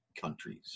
countries